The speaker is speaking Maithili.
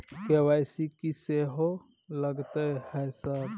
के.वाई.सी की सेहो लगतै है सर?